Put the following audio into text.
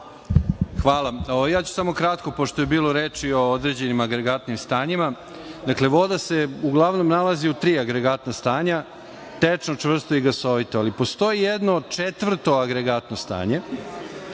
Hvala. Kratko ću pošto je bilo reči o određenim agregatnim stanjima. Dakle, voda se uglavnom nalazi u tri agregatna stanja, tečno, čvrsto i gasovito, ali postoji četvrto agregatno stanje